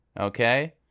Okay